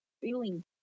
feeling